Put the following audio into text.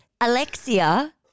Alexia